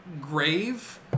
grave